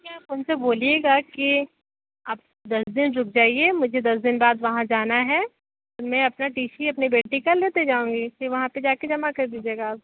ठीक है आप उनसे बोलिएगा कि आप दस दिन रुक जाइए मुझे दस दिन बाद वहाँ जाना है मैं अपना टी सी अपनी बेटी का लेती जाऊंगी फिर वहाँ पे जाके जमा कर दीजिएगा आप